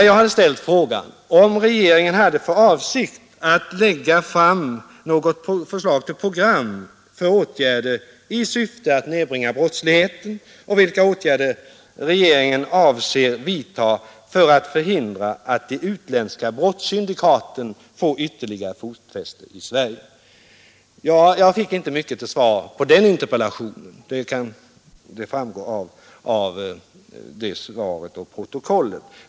Jag hade frågat om regeringen hade för avsikt att lägga fram något förslag till program för åtgärder i syfte att nedbringa brottsligheten, och jag hade frågat vilka åtgärder regeringen avsåg att vidta för att förhindra att de utländska brottssyndikaten fick ytterligare fotfäste i Sverige. Jag fick inte mycket till svar på den interpellationen — det framgår av protokollet.